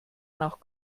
nach